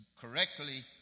correctly